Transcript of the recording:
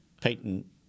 Payton